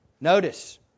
Notice